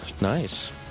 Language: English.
Nice